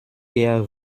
ihr